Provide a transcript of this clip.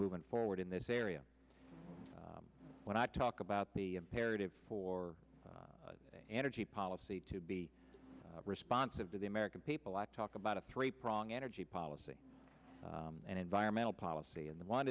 moving forward in this area when i talk about the imperative for energy policy to be responsive to the american people i talk about a three prong energy policy and environmental policy and the one